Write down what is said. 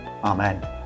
Amen